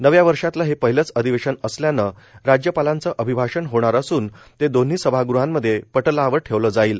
नव्या वर्षातलं हे पहिलंच अधिवेशन असल्यानं राज्यपालांचं अभिभाषण होणार असून ते दोन्ही सभागृहामध्ये पटलावर ठेवलं जाईल